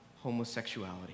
homosexuality